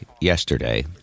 yesterday